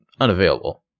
unavailable